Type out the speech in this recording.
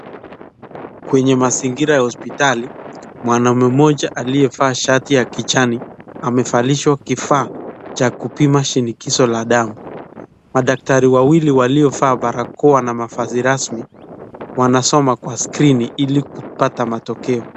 Kwenye mazingira ya hospitali mwanamume mmoja aliyevaa shati ya kijani amevalishwa kifaa cha kupima shinikizo la damu. Madaktari wawili waliovaa barakoa na mavazi rasmi wanasoma kwa skirini ili kusoma matokeo.